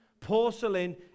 Porcelain